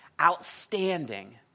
outstanding